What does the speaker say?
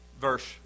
verse